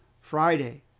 Friday